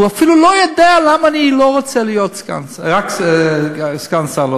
הוא אפילו לא יודע למה אני רוצה להיות רק סגן שר,